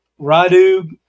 Radu